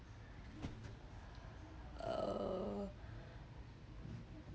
err